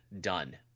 done